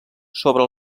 sobre